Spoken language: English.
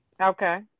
Okay